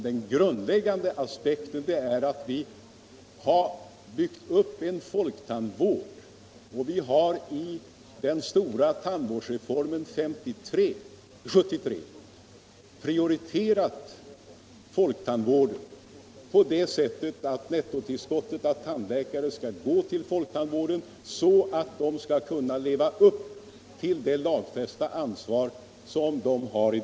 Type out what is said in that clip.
Den grundläggande principen är att vi har byggt upp en folktandvård och att vi vid den stora tandvårdsreformen 1973 har prioriterat folktandvården på det sättet att nettotillskottet av tandläkare skall gå till folktandvården, så att man skall kunna leva upp till det lagfästa ansvar man har.